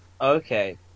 okay